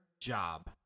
job